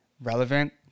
Relevant